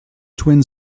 twin